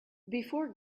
before